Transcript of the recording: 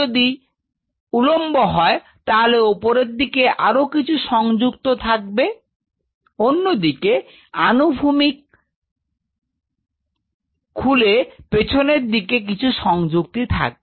যদি এটি উলম্ব হয় তাহলে উপরের দিকে আরো কিছু সংযুক্ত থাকবে অন্যদিকে আনুভূমিক খুলে পেছনের দিক এ কিছু সংযুক্তি থাকবে